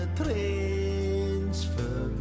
transfer